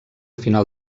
final